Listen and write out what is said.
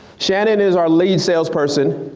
shannon is our lead sales person.